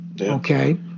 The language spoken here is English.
Okay